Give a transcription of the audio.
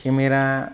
camera